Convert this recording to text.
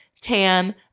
tan